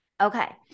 okay